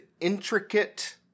intricate